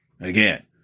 Again